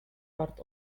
part